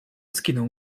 skinął